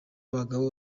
abagabo